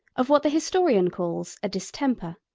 of what the historian calls a distemper.